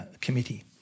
committee